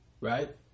Right